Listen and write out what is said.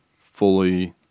fully